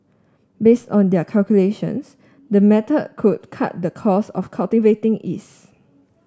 based on their calculations the method could cut the cost of cultivating yeast